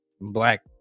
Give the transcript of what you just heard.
black